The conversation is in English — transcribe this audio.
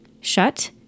shut